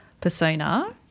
persona